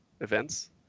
events